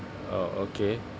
oh okay